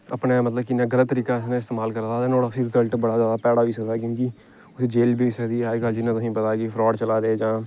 आक्खने दा मतलब कि इ'यां गलत तरीके कन्नै इस्तामल करा दा होऐ नुआढ़ा उसी रिजल्ट बडा ज्यादा भैड़ा होई सकदा क्योंकि उसी जे'ल बी होई सकदी ऐ जियां तुसेंगी पता कि फ्राड चला दे जां